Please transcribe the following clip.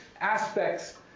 aspects